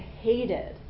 hated